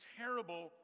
terrible